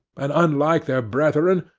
and, unlike their brethren,